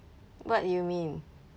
what you mean